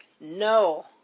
No